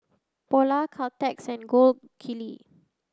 Polar Caltex and Gold Kili